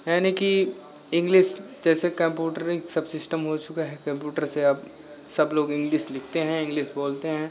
यानी कि इंग्लिश जैसे कम्पूटर सब सिस्टम हो चुका है कम्पूटर से अब सब लोग इंग्लिश लिखते हैं इंग्लिश बोलते हैं